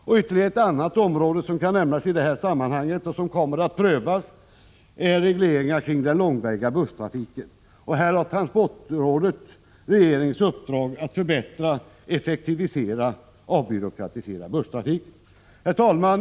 Ännu ett område som kan nämnas och som kommer att prövas är regleringarna kring den långväga busstrafiken. Transportrådet har regeringens uppdrag att förbättra, effektivisera och avbyråkratisera busstrafiken. Herr talman!